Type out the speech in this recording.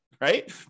Right